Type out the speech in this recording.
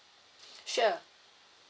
sure